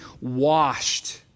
washed